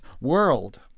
world